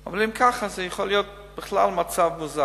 אבל אם כך, זה יכול להיות בכלל מצב מוזר.